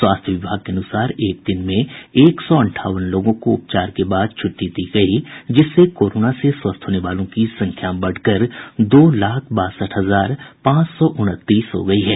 स्वास्थ्य विभाग के अनुसार एक दिन में एक सौ अंठावन लोगों को उपचार के बाद छूट्टी दी गयी जिससे कोरोना से स्वस्थ होने वालों की संख्या बढ़कर दो लाख बासठ हजार पांच सौ उनतीस हो गयी है